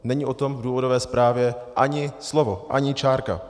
Není o tom v důvodové zprávě ani slovo, ani čárka.